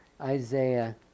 Isaiah